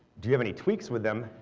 do you have any tweaks with them,